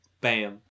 Bam